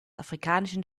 afrikanischen